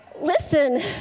Listen